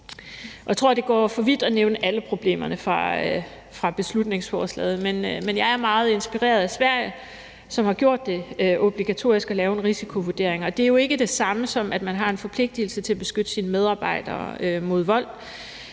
Jeg tror, det går for vidt at nævne alle problemerne fra beslutningsforslaget, men jeg er meget inspireret af Sverige, som har gjort det obligatorisk at lave en risikovurdering. Det er jo ikke det samme, som at man har en forpligtelse til at beskytte sine medarbejdere mod vold,